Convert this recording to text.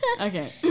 okay